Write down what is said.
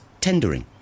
tendering